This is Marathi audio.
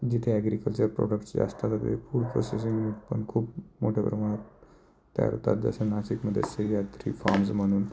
जिथे ॲग्रिकल्चर प्रोडक्टस जे असतात ते फूड प्रोसेसिंग पण खूप मोठ्या प्रमाणात तयार होतात जसे नासिकमध्ये सह्याद्री फार्म्स म्हणून